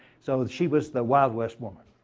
so she was the wild west woman.